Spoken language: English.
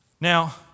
Now